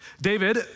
David